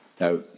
Now